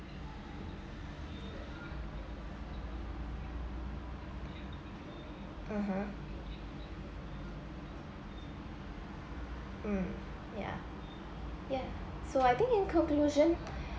(uh huh) mm yeah yeah so I think in conclusion